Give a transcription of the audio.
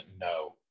no